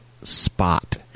Spot